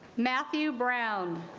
matthew brown